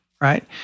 right